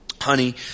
honey